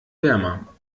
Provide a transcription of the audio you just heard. wärmer